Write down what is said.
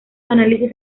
análisis